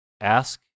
Ask